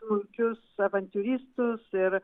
smulkius avantiūristus ir